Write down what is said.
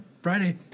Friday